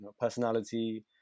personality